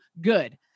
good